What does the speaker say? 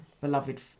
beloved